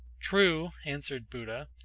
true, answered buddha,